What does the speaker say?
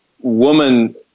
woman